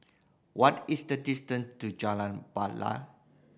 what is the distance to Jalan Batai